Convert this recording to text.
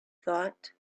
thought